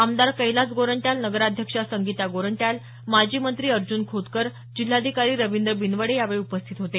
आमदार कैलास गोरंट्याल नगराध्यक्षा संगीता गोरंट्याल माजी मंत्री अर्जुन खोतकर जिल्हाधिकारी रवींद्र बिनवडे यावेळी उपस्थित होते